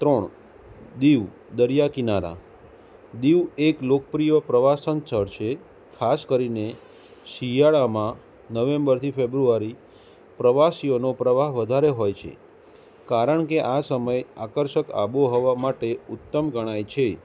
ત્રણ દીવ દરિયાકિનારા દીવ એક લોકપ્રિય પ્રવાસન સ્થળ છે ખાસ કરીને શિયાળામાં નવેમ્બરથી ફેબ્રુઆરી પ્રવાસીઓનો પ્રવાહ વધારે હોય છે કારણકે આ સમયે આકર્ષક આબોહવા માટે ઉત્તમ ગણાય છે